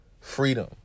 freedom